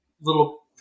little